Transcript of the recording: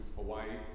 Hawaii